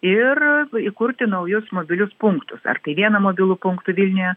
ir įkurti naujus mobilius punktus ar tai vieną mobilų punktų vilniuje